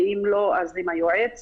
ואם לא אז עם היועצת.